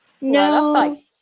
No